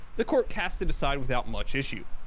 the court cast it aside without much issue.